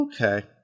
okay